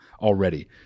already